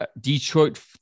Detroit